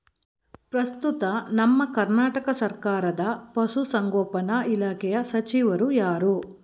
ಪ್ರಸ್ತುತ ನಮ್ಮ ಕರ್ನಾಟಕ ಸರ್ಕಾರದ ಪಶು ಸಂಗೋಪನಾ ಇಲಾಖೆಯ ಸಚಿವರು ಯಾರು?